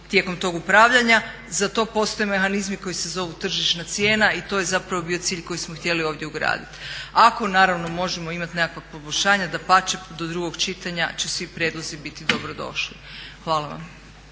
tijekom tog upravljanja. Za to postoje mehanizmi koji se zovu tržišna cijena i to je zapravo bio cilj koji smo htjeli ovdje ugraditi. Ako naravno možemo imati nekakva poboljšanja dapače, do drugog čitanja će svi prijedlozi biti dobro došli. Hvala vam.